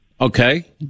Okay